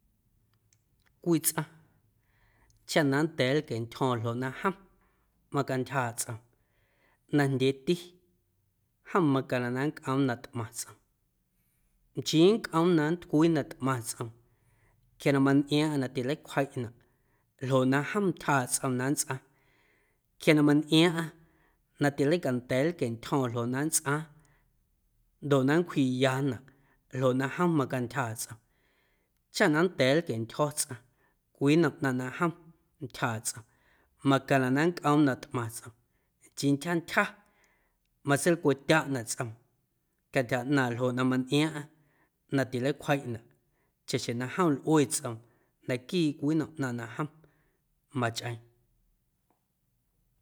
Cwii tsꞌaⁿ chaꞌ na nnda̱a̱ lquieꞌntyjo̱o̱ⁿ ljoꞌ na jom macantyjaaꞌ tsꞌoom najndyeeti jom macaⁿnaꞌ na nncꞌoom na tꞌmaⁿ tsꞌoom nchii nncꞌoom na nntcwii na tꞌmaⁿ tsꞌoom quia na mantꞌiaaⁿꞌaⁿ na tileicwjiꞌnaꞌ ljoꞌ na jom ntyjaaꞌ tsꞌoom na nntsꞌaaⁿ quia na mantꞌiaaⁿꞌaⁿ na tileicanda̱a̱ na nlquieꞌntyjo̱o̱ⁿ ljoꞌ na nntsꞌaaⁿ ndoꞌ na nncwjiꞌyanaꞌ ljoꞌ na jom macantyjaaꞌ tsꞌoom chaꞌ na nnda̱a̱ nlquieꞌntyjo̱ tsꞌaⁿ cwii nnom ꞌnaⁿ na jom ntyjaaꞌ tsꞌoom macaⁿnaꞌ na nncꞌoom na tꞌmaⁿ tsꞌoom nchii ntyja ntyja matseilcweꞌtyaꞌnaꞌ tsꞌoom cantyja ꞌnaaⁿꞌ ljoꞌ na mantꞌiaaⁿꞌaⁿ na tileicwjiꞌnaꞌ chaꞌxjeⁿ na jom lꞌue tsꞌoom naquii cwii nnom ꞌnaⁿ na jom machꞌeeⁿ.